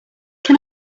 can